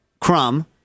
Crumb